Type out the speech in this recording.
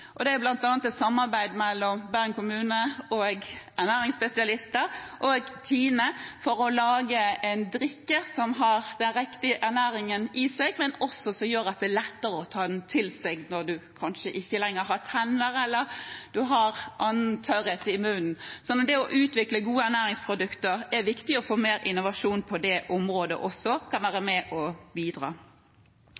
Det er bl.a. et samarbeid mellom Bergen kommune og ernæringsspesialister og TINE for å lage en drikk som har den riktige ernæringen i seg, men som også er lettere å ta til seg når en kanskje ikke lenger har tenner, eller en har tørrhet i munnen. Så når det gjelder å utvikle gode ernæringsprodukter, er det viktig å få mer innovasjon på det området også. Det kan være med og bidra.